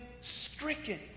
stricken